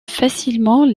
facilement